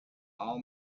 all